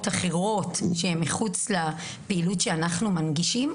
אחרות שהן מחוץ לפעולות שאנחנו מנגישים,